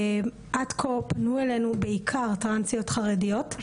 עד כה פנו אלינו בעיקר טרנסיות חרדיות.